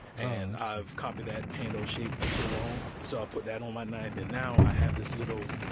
and i've copied that handle shape for so long, so i put that on my knife. and now i have this little